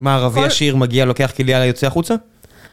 מה ערבי עשיר מגיע לוקח כליה, יוצא החוצה?